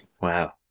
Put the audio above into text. wow